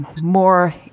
more